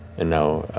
and now